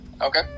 Okay